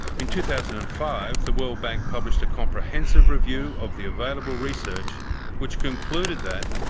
in two thousand and five the world bank published a comprehensive review of the available research which concluded that.